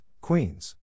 Queens